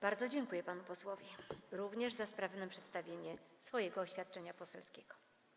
Bardzo dziękuję panu posłowi również za sprawne przedstawienie swojego oświadczenia poselskiego.